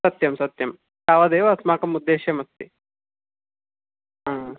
सत्यं सत्यं तावदेव अस्माकम् उद्देश्यम् अस्ति